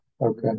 Okay